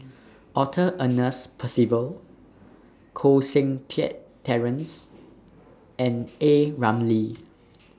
Arthur Ernest Percival Koh Seng Kiat Terence and A Ramli